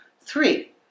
Three